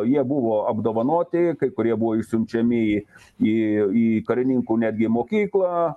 jie buvo apdovanoti kai kurie buvo išsiunčiami į į į karininkų netgi į mokyklą